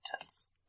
tense